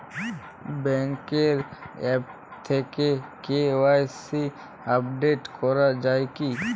ব্যাঙ্কের আ্যপ থেকে KYC update করা যায় কি?